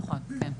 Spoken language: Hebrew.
נכון, כן.